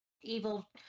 evil